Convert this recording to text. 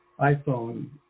iPhone